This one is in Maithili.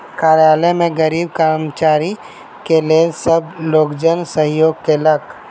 कार्यालय में गरीब कर्मचारी के लेल सब लोकजन सहयोग केलक